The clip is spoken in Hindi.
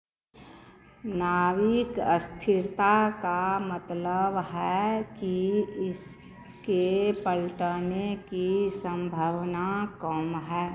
नाविक अस्थिरता का मतलब है कि इसके पलटने की संभावना कम है